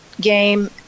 game